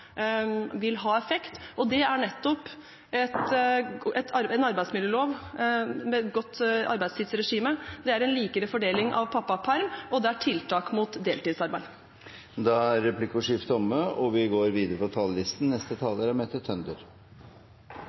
vil ha effekt, og det er nettopp en arbeidsmiljølov med et godt arbeidstidsregime, det er en likere fordeling av pappaperm, og det er tiltak mot deltidsarbeid. Replikkordskiftet er omme. Årets budsjett har med rette kommet litt i skyggen av at mennesker flykter fra krig og fattigdom. De banker på